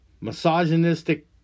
misogynistic